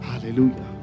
Hallelujah